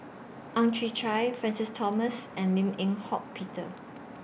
Ang Chwee Chai Francis Thomas and Lim Eng Hock Peter